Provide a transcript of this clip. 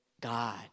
God